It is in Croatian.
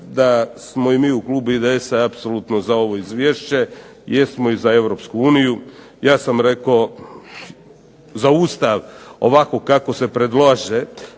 da smo mi u Klubu IDS-a apsolutno za ovo Izvješće, jesmo i za europsku uniju, ja sam rekao za Ustav, ovako kako se predlaže,